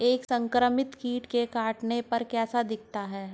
एक संक्रमित कीट के काटने पर कैसा दिखता है?